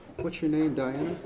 but your name, diana?